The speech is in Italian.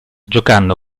giocando